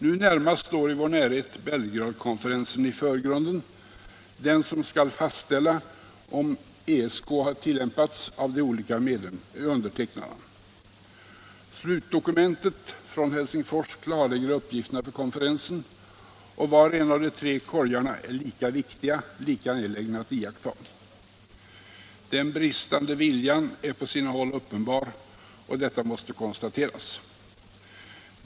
Nu närmast står i vår närhet Belgradkonferensen i förgrunden, den som skall fastställa om ESK har tillämpats av de olika undertecknarna. Slutdokumentet från Helsingfors klarlägger uppgifterna för konferensen, och var och en av de tre korgarna är lika viktiga, lika angelägna att iaktta. Den bristande viljan är på sina håll uppenbar, och detta måste konstateras.